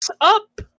up